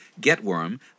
Getworm